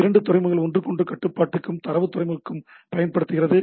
இரண்டு துறைமுகங்களை ஒன்று கட்டுப்பாட்டுக்கும் தரவு துறைமுகத்திற்கும் பயன்படுத்துகிறது